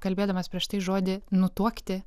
kalbėdamas prieš tai žodį nutuokti